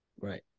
Right